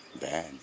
bad